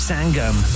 Sangam